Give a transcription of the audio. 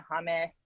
hummus